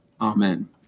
amen